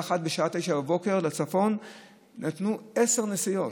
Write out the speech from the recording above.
אחת בשעה 09:00 לצפון נתנו עשר נסיעות,